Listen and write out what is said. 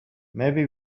maybe